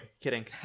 Kidding